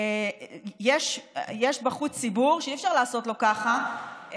יש בחוץ ציבור שאי-אפשר לעשות לו ככה.